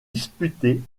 disputés